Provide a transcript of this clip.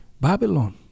Babylon